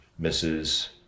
Mrs